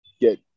get